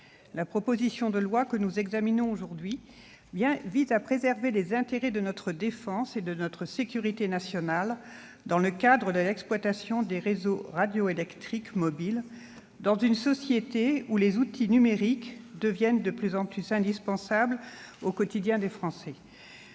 La proposition de loi que nous examinons aujourd'hui vise à préserver les intérêts de notre défense et de notre sécurité nationale dans le cadre de l'exploitation des réseaux radioélectriques mobiles, dans une société où les outils numériques deviennent de plus en plus indispensables au quotidien des Français.